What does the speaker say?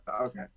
Okay